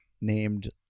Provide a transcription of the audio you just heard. named